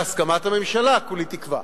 בהסכמת הממשלה, כולי תקווה,